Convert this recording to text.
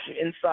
inside